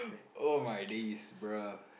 oh my days bro